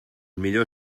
millor